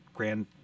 grand